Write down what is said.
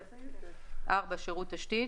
(4)שירות תשתית,